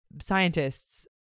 scientists